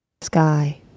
Sky